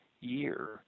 year